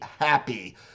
happy